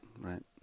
Right